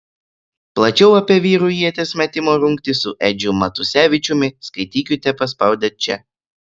plačiau apie vyrų ieties metimo rungtį su edžiu matusevičiumi skaitykite paspaudę čia